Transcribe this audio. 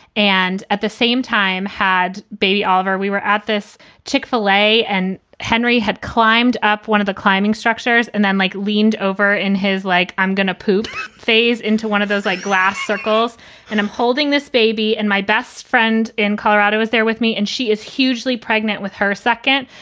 and at the same time had baby oliver. we were at this chick fillet and henry had climbed up one of the climbing structures and then, like, leaned over in his like, i'm gonna poop phase into one of those, like, glass circles and i'm holding this baby. and my best friend in colorado was there with me and she is hugely pregnant with her second.